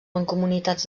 mancomunitats